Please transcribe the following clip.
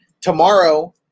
tomorrow